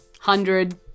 hundred